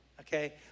okay